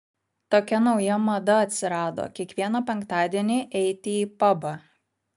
tokia nauja mada atsirado kiekvieną penktadienį eiti į pabą